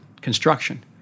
construction